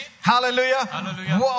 Hallelujah